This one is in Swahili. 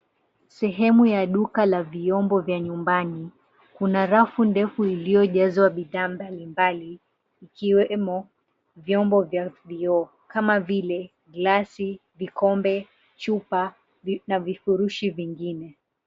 Sehemu ya duka la vyombo vya nyumbani. Kuna rafu ndefu iliyojazwa bidhaa mbalimbali, ikiwemo vyombo vya vioo. Kama vile, glasi, vikombe, chupa na vifurushi vingine.